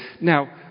Now